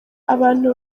abantu